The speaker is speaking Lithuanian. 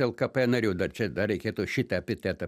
lkp nariu dar čia dar reikėtų šitą epitetą